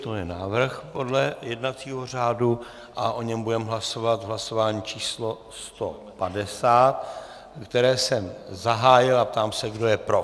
To je návrh podle jednacího řádu a o něm budeme hlasovat v hlasování číslo 150, které jsem zahájil, a ptám se, kdo je pro.